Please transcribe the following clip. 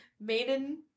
maiden